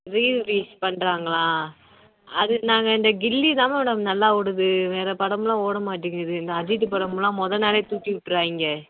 rerelease பண்ணுறாங்களா அது நாங்கள் இந்த கில்லி தான் மேடம் நல்லா ஓடுது வேறே படம்லாம் ஓட மாட்டிங்குது இந்த அஜித்து படமலாம் முத நாள் தூக்கிவிட்டுராய்ங்க